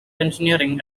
engineering